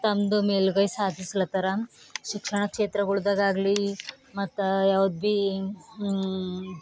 ತಮ್ಮದು ಮೇಲುಗೈ ಸಾಧಿಸ್ಲತ್ತರ ಶಿಕ್ಷಣ ಕ್ಷೇತ್ರಗಳದಾಗಾಗ್ಲಿ ಮತ್ತು ಯಾವ್ದು ಭೀ